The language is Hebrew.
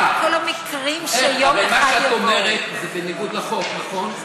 מה שאת אומרת זה בניגוד לחוק, נכון?